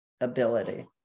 ability